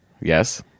Yes